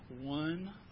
one